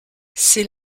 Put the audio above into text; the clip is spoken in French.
c’est